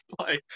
play